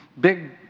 big